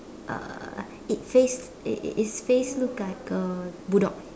uh it's face it it it's face look like a bull dog